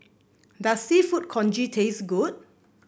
does seafood congee taste good